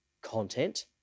content